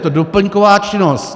Je to doplňková činnost.